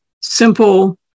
simple